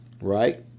right